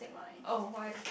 oh why